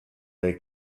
they